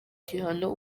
gihano